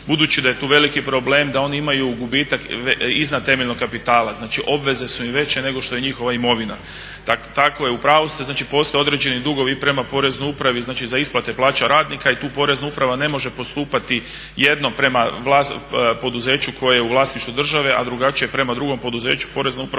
Budući da je tu veliki problem da oni imaju gubitak iznad temeljnog kapitala. Znači obveze su im veće nego što je njihova imovina. Tako je, u pravu ste, znači postoje određeni dugovi i prema poreznoj upravi, znači za isplate plaća radnika i tu porezna uprava ne može postupati jedno prema poduzeću koje u vlasništvu države a drugačije prema drugom poduzeću. Porezna uprava